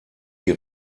die